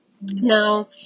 Now